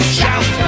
shout